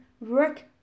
work